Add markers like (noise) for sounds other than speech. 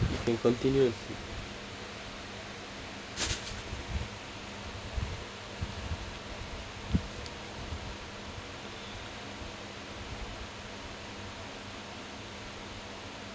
you can continue (laughs)